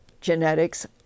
genetics